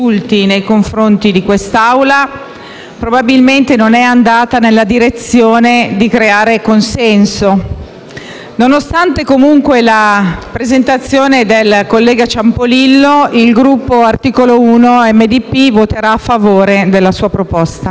probabilmente non è andata nella direzione di creare consenso. Nonostante la presentazione del collega Ciampolillo, il Gruppo Articolo 1-MDP voterà a favore della sua proposta.